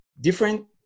different